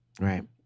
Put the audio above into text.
Right